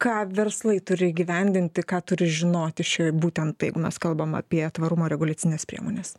ką verslai turi įgyvendinti ką turi žinoti šioj būtent tai jeigu mes kalbam apie tvarumo reguliacines priemones